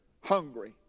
hungry